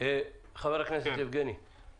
חבר הכנסת יבגני סובה, בבקשה.